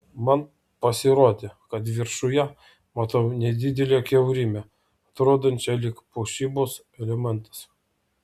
man pasirodė kad viršuje matau nedidelę kiaurymę atrodančią lyg puošybos elementas